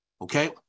okay